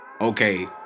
okay